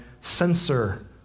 censor